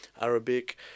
Arabic